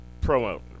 promote